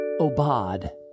Obad